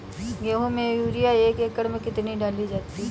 गेहूँ में यूरिया एक एकड़ में कितनी डाली जाती है?